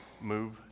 move